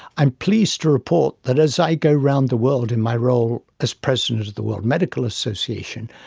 i am pleased to report that as i go round the world in my role as president of the world medical association,